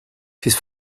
his